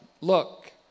Look